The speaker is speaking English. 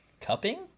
Cupping